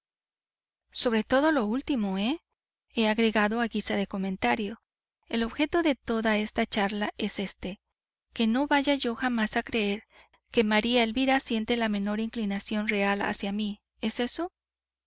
sobre todo lo último eh he agregado a guisa de comentario el objeto de toda esta charla es éste que no vaya yo jamás a creer que maría elvira siente la menor inclinación real hacia mí es eso